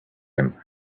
him